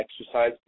exercise